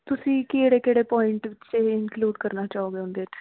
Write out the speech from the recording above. ਤੁਸੀਂ ਕਿਹੜੇ ਕਿਹੜੇ ਪੁਆਇੰਟ ਵਿੱਚ ਇੰਕਲੂਡ ਕਰਨਾ ਚਾਹੋਗੇ ਉਹਦੇ 'ਚ